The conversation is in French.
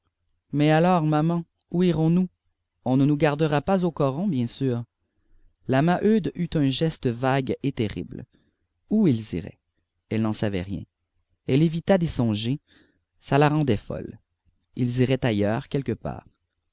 mais alors maman où irons-nous on ne nous gardera pas au coron bien sûr la maheude eut un geste vague et terrible où ils iraient elle n'en savait rien elle évitait d'y songer ça la rendait folle ils iraient ailleurs quelque part